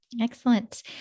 Excellent